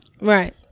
Right